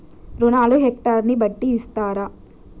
రుణాలు హెక్టర్ ని బట్టి ఇస్తారా?